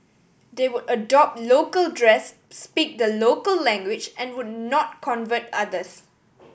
they would adopt local dress speak the local language and would not convert others